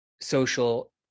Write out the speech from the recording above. social